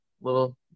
little